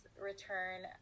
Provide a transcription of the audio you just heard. return